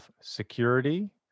security